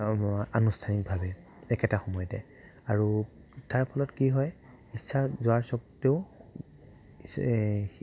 আনুষ্ঠানিকভাৱে একেটা সময়তে আৰু তাৰফলত কি হয় ইচ্ছা যোৱাৰ স্বত্তেও